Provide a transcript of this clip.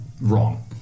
Wrong